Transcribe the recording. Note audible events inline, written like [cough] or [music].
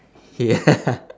[laughs] yeah